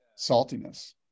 saltiness